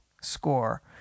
score